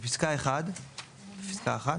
בפסקה (1),